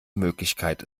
möglichkeit